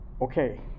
Okay